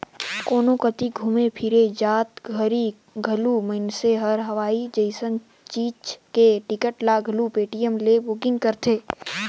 कोनो कति घुमे फिरे जात घरी घलो मइनसे हर हवाई जइसन चीच के टिकट ल घलो पटीएम ले बुकिग करथे